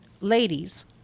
ladies